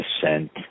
descent